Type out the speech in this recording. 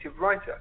writer